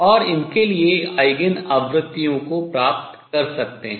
और इनके लिए आयगेन आवृत्तियों को प्राप्त कर सकते हैं